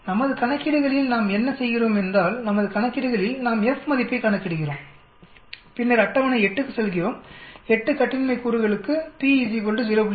நமது கணக்கீடுகளில் நாம் என்ன செய்கிறோம் என்றால் நமது கணக்கீடுகளில் நாம் F மதிப்பைக் கணக்கிடுகிறோம் பின்னர் அட்டவணை 8 க்கு செல்கிறோம் 8 கட்டின்மை கூறுகலுக்கு p 0